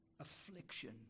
affliction